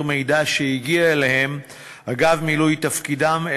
מידע שהגיע אליהם אגב מילוי תפקידם,